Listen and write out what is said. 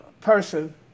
person